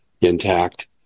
intact